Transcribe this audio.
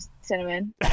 cinnamon